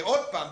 ועוד פעם,